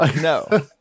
No